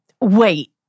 Wait